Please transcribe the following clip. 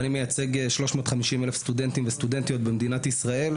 ואני מייצג 350,000 סטודנטים וסטודנטיות במדינת ישראל,